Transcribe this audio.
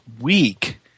week